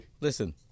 Listen